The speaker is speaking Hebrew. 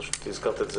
פשוט הזכרת את זה.